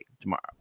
tomorrow